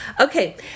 okay